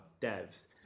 devs